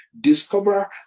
discover